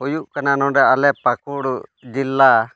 ᱦᱩᱭᱩᱜ ᱠᱟᱱᱟ ᱱᱚᱸᱰᱮ ᱟᱞᱮ ᱯᱟᱠᱩᱲ ᱡᱮᱞᱟ